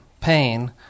pain